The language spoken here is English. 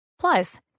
Plus